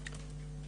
בקצרה?